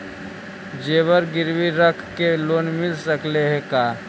जेबर गिरबी रख के लोन मिल सकले हे का?